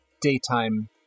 daytime